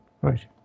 Right